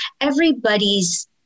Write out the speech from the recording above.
Everybody's